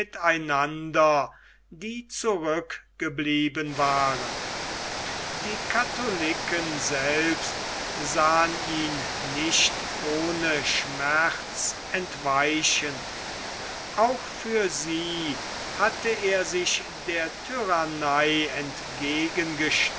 miteinander die zurückgeblieben waren die katholiken selbst sahen ihn nicht ohne schmerz entweichen auch für sie hatte er sich der tyrannei